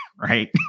right